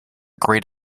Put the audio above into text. great